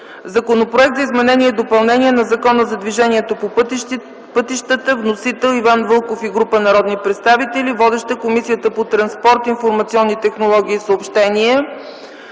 Законопроект за изменение и допълнение на Закона за движението по пътищата. Вносители – Иван Вълков и група народни представители. Водеща е Комисията по транспорт, информационни технологии и съобщения.